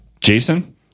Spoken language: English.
Jason